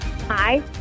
Hi